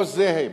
לא זה הם.